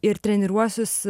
ir treniruosis